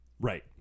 Right